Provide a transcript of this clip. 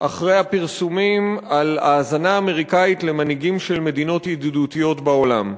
אחרי הפרסומים על האזנה אמריקנית למנהיגים של מדינות ידידותיות בעולם.